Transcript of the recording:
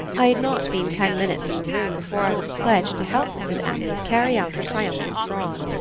i had not been ten minutes in the room before i was pledged to help mrs. amyot carry out her triumphant fraud.